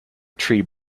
tree